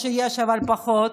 או שיש אבל פחות,